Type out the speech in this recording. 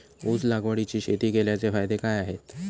ऊस लागवडीची शेती केल्याचे फायदे काय आहेत?